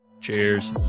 cheers